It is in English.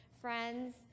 friends